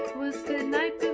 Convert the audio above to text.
was the night